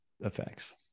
effects